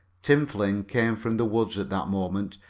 tim flynn came from the woods at that moment,